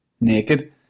naked